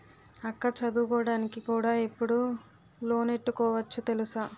అక్కా చదువుకోడానికి కూడా ఇప్పుడు లోనెట్టుకోవచ్చు తెలుసా?